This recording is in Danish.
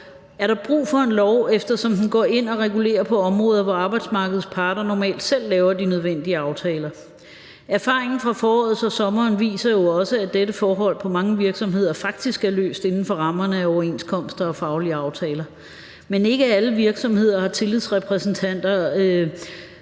Er der brug for en lov, eftersom den går ind og regulerer på områder, hvor arbejdsmarkedets parter normalt selv laver de nødvendige aftaler? Erfaringen fra foråret og sommeren viser jo også, at dette forhold på mange virksomheder faktisk er løst inden for rammerne af overenskomster og faglige aftaler. Men ikke alle virksomheder har tillidsrepræsentanter